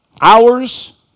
hours